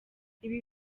ibi